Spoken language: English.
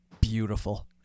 beautiful